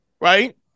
Right